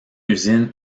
usine